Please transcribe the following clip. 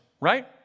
right